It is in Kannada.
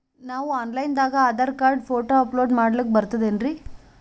ನಾವು ಆನ್ ಲೈನ್ ದಾಗ ಆಧಾರಕಾರ್ಡ, ಫೋಟೊ ಅಪಲೋಡ ಮಾಡ್ಲಕ ಬರ್ತದೇನ್ರಿ?